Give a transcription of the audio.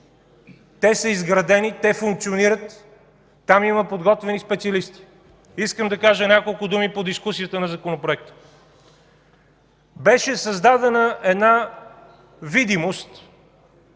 Те са изградени, те функционират, там има подготвени специалисти. Искам да кажа няколко думи по дискусията на законопроекта. Беше създадена една видимост